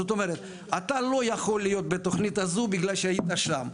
זאת אומרת אתה לא יכול להיות בתוכנית הזאת כי היית שם,